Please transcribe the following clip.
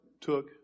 took